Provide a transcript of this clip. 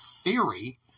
theory